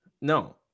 No